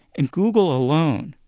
and google alone,